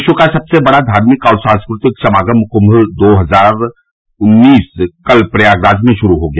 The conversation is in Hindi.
विश्व का सबसे बड़ा धार्मिक और सांस्कृतिक समागम कुंम दो हजार उन्नीस कल प्रयागराज में शुरू हो गया